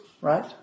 right